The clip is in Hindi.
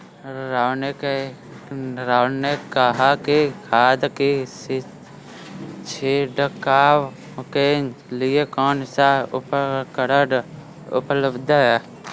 राहुल ने कहा कि खाद की छिड़काव के लिए कौन सा उपकरण उपलब्ध है?